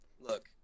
Look